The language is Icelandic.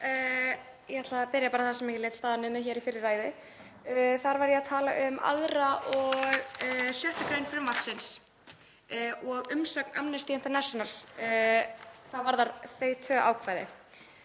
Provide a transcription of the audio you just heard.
Ég ætla bara að byrja þar sem ég lét staðar numið í fyrri ræðu. Þar var ég að tala um 2. og 6. gr. frumvarpsins og umsögn Amnesty International hvað varðar þau tvö ákvæði.